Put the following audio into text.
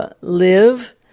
live